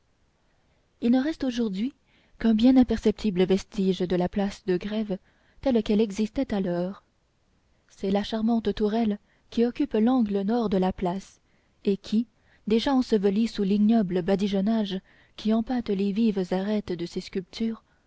il ne reste aujourd'hui qu'un bien imperceptible vestige de la place de grève telle qu'elle existait alors c'est la charmante tourelle qui occupe l'angle nord de la place et qui déjà ensevelie sous l'ignoble badigeonnage qui empâte les vives arêtes de ses sculptures